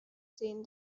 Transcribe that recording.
seen